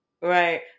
Right